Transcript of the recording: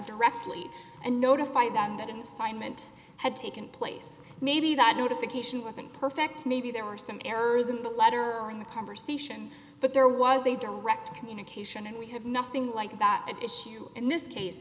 directly and notify them that i'm signed meant had taken place maybe that notification wasn't perfect maybe there were some errors in the letter or in the conversation but there was a direct communication and we have nothing like that at issue in this case